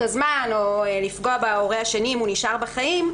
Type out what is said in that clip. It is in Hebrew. הזמן או לפגוע בהורה השני אם הוא נשאר בחיים,